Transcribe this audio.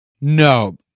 No